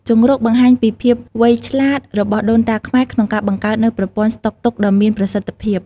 ជង្រុកបង្ហាញពីភាពវៃឆ្លាតរបស់ដូនតាខ្មែរក្នុងការបង្កើតនូវប្រព័ន្ធស្តុកទុកដ៏មានប្រសិទ្ធភាព។